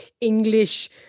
English